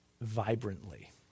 Vibrantly